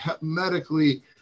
medically